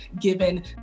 given